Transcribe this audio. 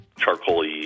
charcoal-y